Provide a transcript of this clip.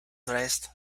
dressed